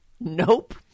Nope